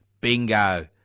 Bingo